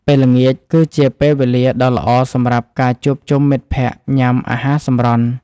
ពេលល្ងាចគឺជាពេលវេលាដ៏ល្អសម្រាប់ការជួបជុំមិត្តភក្តិញ៉ាំអាហារសម្រន់។